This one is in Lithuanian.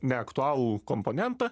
neaktualų komponentą